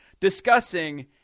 discussing